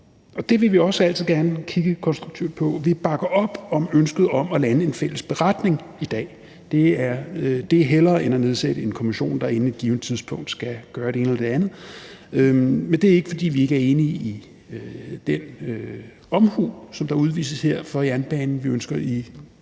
Det vil vi også altid gerne kigge konstruktivt på. Vi bakker op om ønsket om at lande en fælles beretning i dag – hellere det end at nedsætte en kommission, der inden et givent tidspunkt skal gøre det ene eller det andet. Men det er ikke, fordi vi ikke er enige i den omhu for jernbanen, der udvises her. Vi ønsker